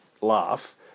laugh